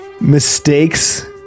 mistakes